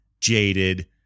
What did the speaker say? jaded